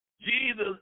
Jesus